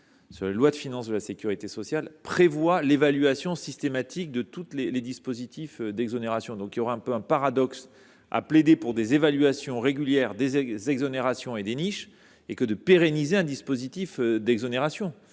aux lois de financement de la sécurité sociale impose l’évaluation systématique de tous les dispositifs d’exonération. Il serait paradoxal de plaider pour des évaluations régulières des exonérations et des niches tout en pérennisant un dispositif d’exonération